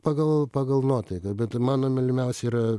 pagal pagal nuotaiką bet mano mylimiausia yra